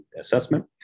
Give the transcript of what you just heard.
assessment